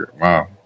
wow